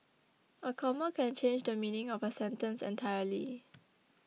a comma can change the meaning of a sentence entirely